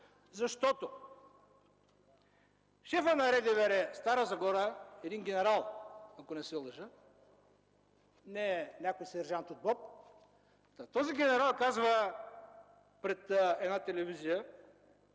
Защото шефът на РДВР – Стара Загора, един генерал, ако не се лъжа, не е някакъв си сержант от БОП, този генерал казва пред една телевизия: